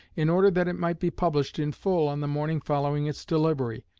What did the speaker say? in order that it might be published in full on the morning following its delivery.